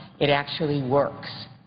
it actually works.